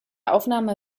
aufnahme